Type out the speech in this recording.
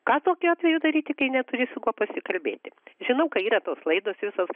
ką tokiu atveju daryti kai neturi su kuo pasikalbėti žinau ka yra tos laidos visos